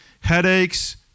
Headaches